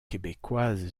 québécoise